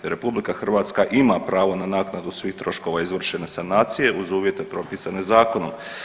RH ima pravo na naknadu svih troškova izvršene sanacije uz uvjete propisane zakonom.